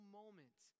moment